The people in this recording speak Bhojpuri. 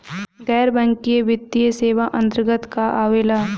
गैर बैंकिंग वित्तीय सेवाए के अन्तरगत का का आवेला?